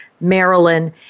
Maryland